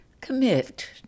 commit